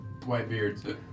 Whitebeard's